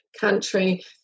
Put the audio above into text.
country